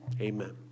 amen